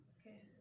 okay